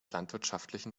landwirtschaftlichen